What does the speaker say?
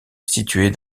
située